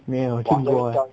没有听过 eh